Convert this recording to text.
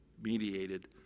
mediated